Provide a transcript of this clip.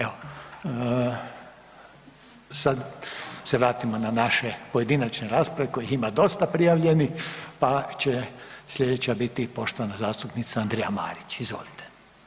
Evo, sad se vratimo na naše pojedinačne rasprave kojih ima dosta prijavljenih pa će slijedeća biti poštovana zastupnica Andreja Marić, izvolite.